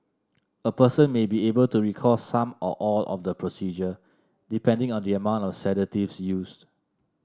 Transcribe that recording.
a person may be able to recall some or all of the procedure depending on the amount of sedatives used